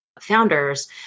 founders